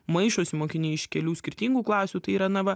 maišosi mokiniai iš kelių skirtingų klasių tai yra na va